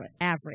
average